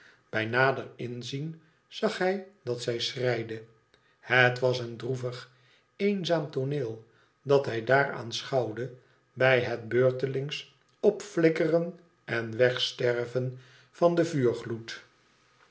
bij nader inzien zag hij dat zij schreide het was een droevig eenzaam tooneel dat hij daar aanschouwde bij het beurtelings opflikkeren en wegsterven van den